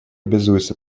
обязуется